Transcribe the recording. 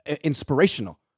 inspirational